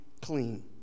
clean